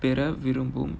பெற விரும்பும்:pera virumbum